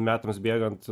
metams bėgant